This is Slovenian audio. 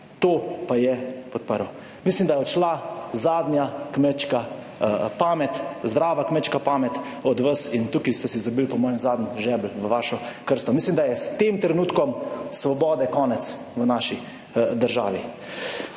To pa je podprl. Mislim, da je odšla zadnja kmečka pamet, zdrava kmečka pamet od vas in tukaj ste si zabili po mojem zadnji žebelj v vašo krsto. Mislim, da je s tem trenutkom svobode konec v naši državi.